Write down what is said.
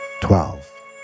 twelve